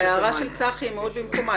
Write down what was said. ההערה של צחי היא מאוד במקומה.